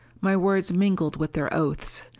my words mingled with their oaths.